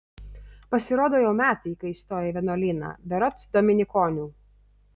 pasirodo jau metai kai įstojo į vienuolyną berods dominikonių